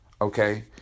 okay